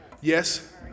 Yes